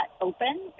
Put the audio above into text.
open